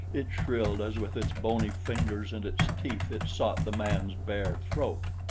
it shrilled as with its bony fingers and its teeth, it sought the man's bare throat.